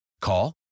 Call